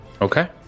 Okay